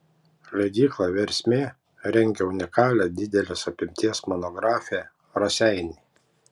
leidykla versmė rengia unikalią didelės apimties monografiją raseiniai